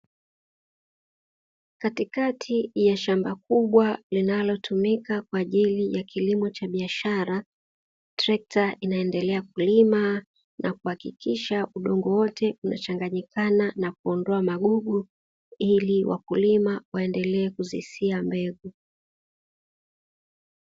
Katikati ya shamba kubwa linalotumika kwa ajili ya kilimo cha biashara, trekta inaendelea kulima na kuhakikisha udongo wote unachanganyikana na kuondoa magugu, ili wakulima waendelee kuzisia mbegu.